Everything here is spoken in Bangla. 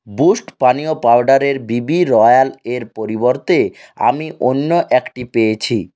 বুস্ট পানীয় পাউডারের বিবি রয়ালের পরিবর্তে আমি অন্য একটি পেয়েছি